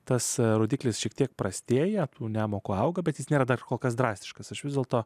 tas rodiklis šiek tiek prastėja tų nemokų auga bet jis nėra dar kokias drastiškas aš vis dėlto